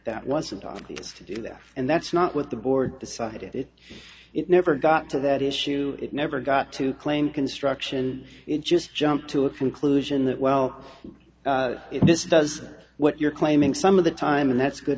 that wasn't obvious to do that and that's not what the board decided it it never got to that issue it never got to claim construction it just jumped to a conclusion that well if this does what you're claiming some of the time and that's good